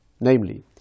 Namely